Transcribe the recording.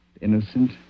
innocent